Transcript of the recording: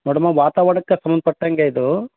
ನೋಡಮ್ಮ ವಾತಾವರಣಕ್ಕೆ ಸಂಬಂಧಪಟ್ಟಂಗೆ ಇದು